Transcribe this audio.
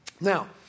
Now